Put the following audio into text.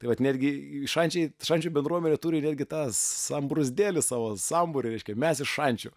tai vat netgi šančiai šančių bendruomenė turi netgi tą sambrūzdėlį savo sambūrį reiškia mes iš šančių